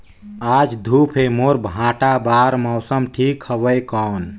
आज धूप हे मोर भांटा बार मौसम ठीक हवय कौन?